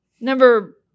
number